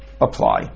apply